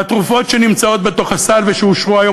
והתרופות שנמצאות בתוך הסל ושאושרו היום,